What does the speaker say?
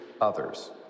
others